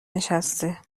نشسته